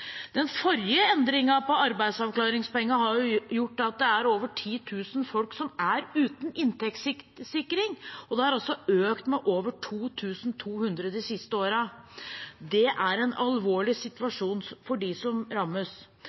Den forrige endringen på arbeidsavklaringspenger har gjort at over 10 000 mennesker er uten inntektssikring – og det har altså økt med over 2 200 de siste årene. Det er en alvorlig situasjon for dem som rammes.